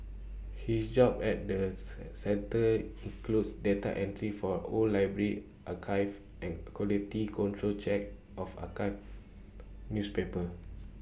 his job at the centre includes data entry for old library archives and quality control checks of archived newspapers